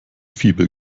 fibel